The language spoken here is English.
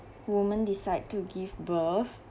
woman decide to give birth